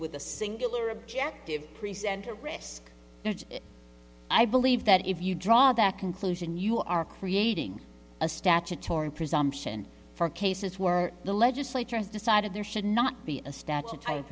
with a singular objective present a risk i believe that if you draw that conclusion you are creating a statutory presumption for cases where the legislature has decided there should not be a statue type